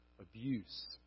abuse